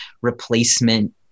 replacement